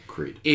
Creed